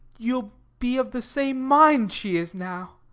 you'll be of the same mind she is now.